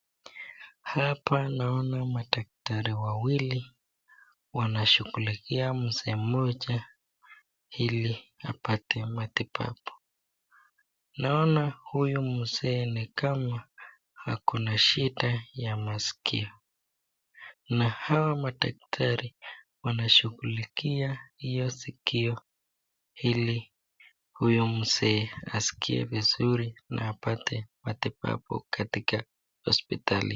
Hapa naona madaktari wawili wanashughulikia mzee mmoja ili apate matibabu. Naona huyu mzee ni kama ako na shida ya maskio, na hawa madaktari wanashughulikia hilo sikio ili huyu mzee askie vizuri na apate matibabu katika hosipitali.